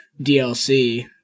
DLC